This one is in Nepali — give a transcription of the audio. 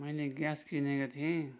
मैले ग्यास किनेको थिएँ